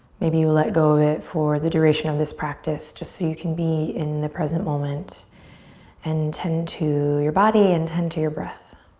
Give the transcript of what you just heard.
maybe you let go of it for the duration of this practice, just so you can be in the present moment and tend to your body, and tend to your breath.